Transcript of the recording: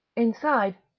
inside,